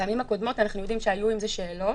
מהפעמים הקודמות אנחנו יודעים שהיו עם זה שאלות.